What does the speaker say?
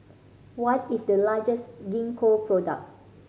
what is the largest Gingko product